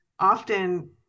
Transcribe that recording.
often